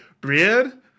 Brienne